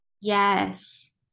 yes